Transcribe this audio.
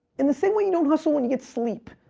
in the same way you don't hustle when you get sleep.